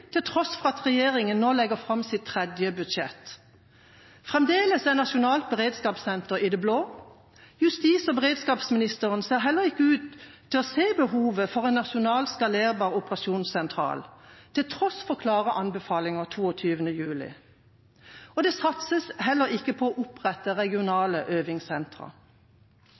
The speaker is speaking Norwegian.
til tross for at regjeringa nå legger fram sitt tredje budsjett. Fremdeles er nasjonalt beredskapssenter i det blå. Justis- og beredskapsministeren ser heller ikke ut til å se behovet for en nasjonal skalerbar operasjonssentral, til tross for klare anbefalinger etter 22. juli. Det satses heller ikke på å opprette